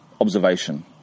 observation